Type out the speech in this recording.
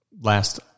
last